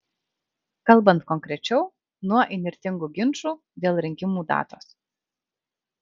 kalbant konkrečiau nuo įnirtingų ginčų dėl rinkimų datos